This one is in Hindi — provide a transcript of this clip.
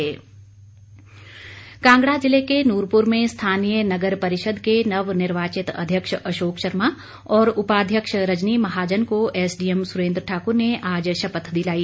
पठानिया कांगड़ा ज़िले के नुरपुर में स्थानीय नगर परिषद् के नवनिर्वाचित अध्यक्ष अशोक शर्मा और उपाध्यक्ष रजनी महाजन को एसडीएम सुरेन्द्र ठाकुर ने आज शपथ दिलाई